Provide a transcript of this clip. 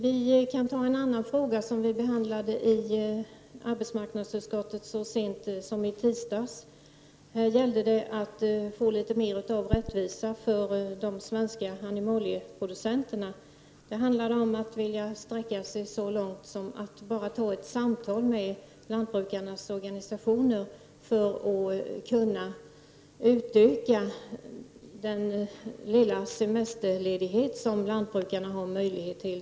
Jag kan nämna en annan fråga som vi behandlade i arbetsmarknadsutskottet så sent som i tisdags. Denna fråga handlade om att man skulle ge de svenska animalieproducenterna litet mer rättvisa. Det handlade om att man skulle sträcka sig så långt som att bara föra ett samtal med lantbrukarnas organisationer om en utökning av den lilla semesterledighet som lantbrukarna har möjlighet till.